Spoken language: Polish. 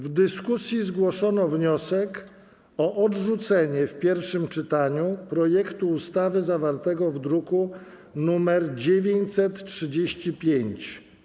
W dyskusji zgłoszono wniosek o odrzucenie w pierwszym czytaniu projektu ustawy zawartego w druku nr 935.